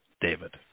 David